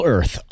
Earth